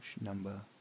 number